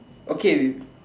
okay